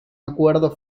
acuerdo